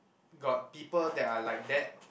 got people that are like that